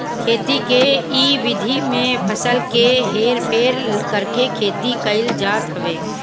खेती के इ विधि में फसल के हेर फेर करके खेती कईल जात हवे